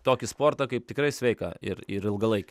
tokį sportą kaip tikrai sveiką ir ir ilgalaikį